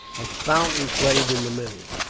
a fountain played in the middle.